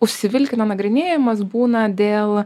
užsivilkina nagrinėjamas būna dėl